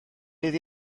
iddi